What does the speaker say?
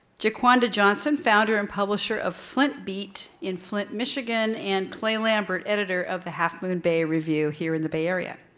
jaquanda johnson founder and publisher of flint beat in flint, michigan and clay lambert, editor of the half moon bay review here in the bay area.